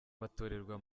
batorerwa